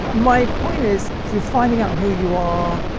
ah my point is if you're finding out who you are,